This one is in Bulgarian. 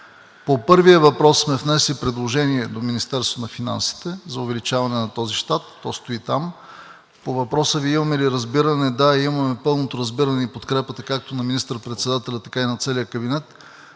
По първия въпрос сме внесли предложение до Министерството на финансите за увеличаване на този щат, то стои там. По въпроса Ви: имаме ли разбиране – да, имаме пълното разбиране и подкрепата както на министър-председателя, така и на целия кабинет.